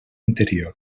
anterior